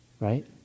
right